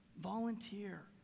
Volunteer